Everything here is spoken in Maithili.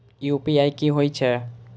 यू.पी.आई की होई छै?